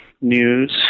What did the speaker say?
news